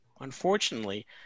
Unfortunately